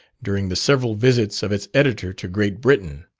during the several visits of its editor to great britain.